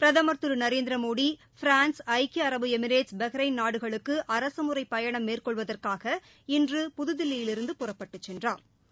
பிரதமர் திரு நரேந்திரமோடி பிரான்ஸ் ஐக்கிய அரபு ளமிரேட்ஸ் பஹ்ரைன் நாடுகளுக்கு அரசுமுறைப் பயணம் மேற்கொள்வதற்காக இன்று புதுதில்லியிலிருந்து புறப்பட்டுச் சென்றாா்